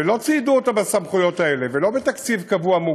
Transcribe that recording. ולא ציידו אותה בסמכויות האלה ולא בתקציב קבוע,